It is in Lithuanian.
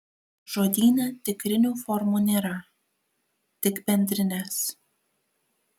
žodyne tikrinių formų nėra tik bendrinės